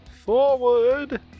Forward